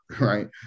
right